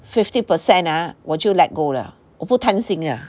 fifty percent ah 我就 let go liao 我不贪心的